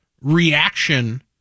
reaction